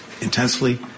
intensely